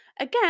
again